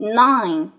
nine